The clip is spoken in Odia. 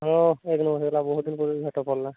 ହୁଁ ହେଇଗଲା ବହୁତ ଦିନ ପରେ ଭେଟ ପଡ଼ିଲା